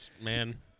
Man